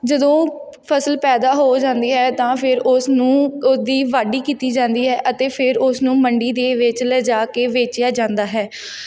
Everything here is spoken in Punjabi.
ਜਦੋਂ ਫਸਲ ਪੈਦਾ ਹੋ ਜਾਂਦੀ ਹੈ ਤਾਂ ਫਿਰ ਉਸ ਨੂੰ ਉਹਦੀ ਵਾਢੀ ਕੀਤੀ ਜਾਂਦੀ ਹੈ ਅਤੇ ਫਿਰ ਉਸ ਨੂੰ ਮੰਡੀ ਦੇ ਵਿੱਚ ਲਿਜਾ ਕੇ ਵੇਚਿਆ ਜਾਂਦਾ ਹੈ